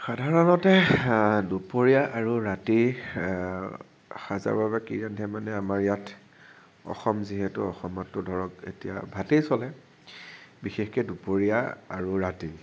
সাধাৰণতে দুপৰীয়া আৰু ৰাতি সাঁজৰ বাবে কি ৰান্ধে মানে আমাৰ ইয়াত অসম যিহেতু অসমতটো ধৰক এতিয়া ভাতেই চলে বিশেষকৈ দুপৰীয়া আৰু ৰাতি